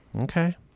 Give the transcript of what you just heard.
Okay